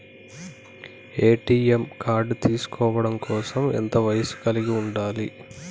ATM card తీసుకోవడం కోసం ఎంత వయస్సు కలిగి ఉండాలి?